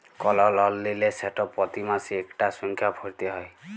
call লল লিলে সেট পতি মাসে ইকটা সংখ্যা ভ্যইরতে হ্যয়